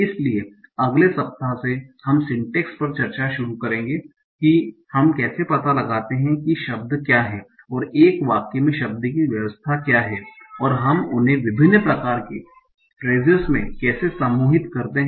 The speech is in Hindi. इसलिए अगले सप्ताह से हम सीनटेक्स पर चर्चा शुरू करेंगे कि हम कैसे पता लगाते हैं कि शब्द क्या हैं एक वाक्य में शब्द की व्यवस्था क्या है और हम उन्हें विभिन्न प्रकार के फ्रेसेस में कैसे समूहित करते हैं